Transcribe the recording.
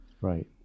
Right